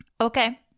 Okay